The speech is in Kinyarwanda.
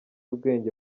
ubwenge